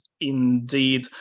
indeed